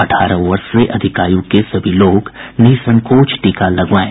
अठारह वर्ष से अधिक आयु के सभी लोग निःसंकोच टीका लगवाएं